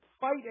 Fight